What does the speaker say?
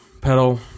pedal